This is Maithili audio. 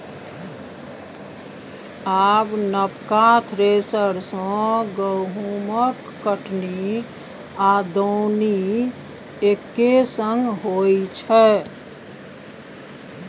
आब नबका थ्रेसर सँ गहुँमक कटनी आ दौनी एक्के संग होइ छै